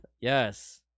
yes